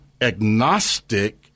agnostic